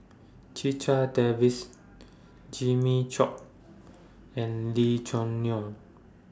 Checha Davies Jimmy Chok and Lee Choo Neo